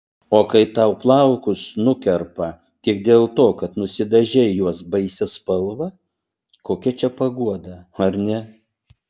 o kai tau plaukus nukerpa tik dėl to kad nusidažei juos baisia spalva kokia čia paguoda ar ne